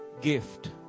gift